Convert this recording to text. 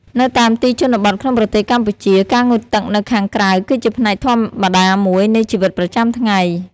នៅតាមទីជនបទក្នុងប្រទេសកម្ពុជា ការងូតទឹកនៅខាងក្រៅគឺជាផ្នែកធម្មតាមួយនៃជីវិតប្រចាំថ្ងៃ។